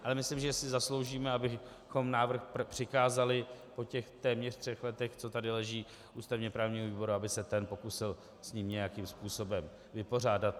Ale myslím, že si zasloužíme, abychom návrh přikázali po těch téměř třech letech, co tady leží, ústavněprávnímu výboru, aby se ten pokusil s ním nějakým způsobem vypořádat.